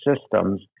systems